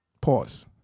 Pause